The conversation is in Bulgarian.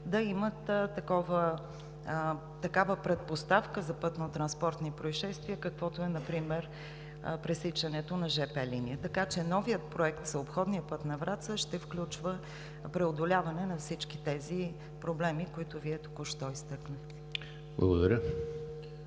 да имат такава предпоставка за пътнотранспортни произшествия, каквото е например пресичането на жп линията. Така че новият проект за обходния път на Враца ще включва преодоляване на всички тези проблеми, които Вие току-що изтъкнахте.